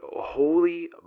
Holy